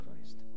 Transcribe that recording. Christ